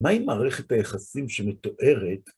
מה עם מערכת היחסים שמתוארת?